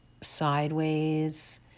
sideways